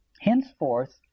Henceforth